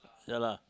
ya lah